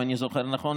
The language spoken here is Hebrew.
אם אני זוכר נכון,